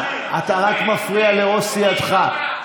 אתה רק מפריע לראש סיעתך.